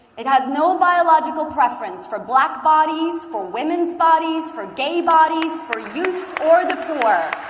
it has no biological preference for black bodies, for women's bodies, for gay bodies, for youth, or the poor.